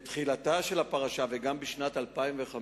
בתחילתה של הפרשה, וגם בשנת 2005,